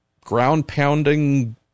ground-pounding